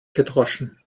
gedroschen